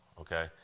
okay